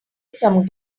some